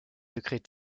secrets